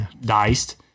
diced